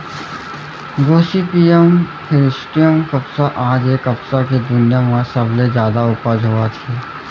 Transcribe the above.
Gossypium hirsutum कपसा आज ए कपसा के दुनिया म सबले जादा उपज होवत हे